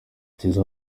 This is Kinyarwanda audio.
tizzo